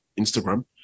Instagram